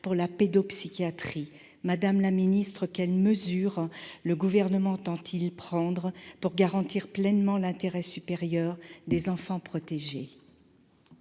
pour la pédopsychiatrie. Madame la ministre, quelles mesures le Gouvernement entend-il prendre pour garantir pleinement l'intérêt supérieur des enfants protégés ?